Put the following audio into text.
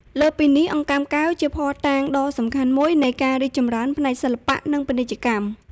លើសពីនេះ អង្កាំកែវ ជាភស្តុតាងដ៏សំខាន់មួយនៃការរីកចម្រើនផ្នែកសិល្បៈ និងពាណិជ្ជកម្ម។